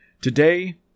Today